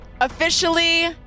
officially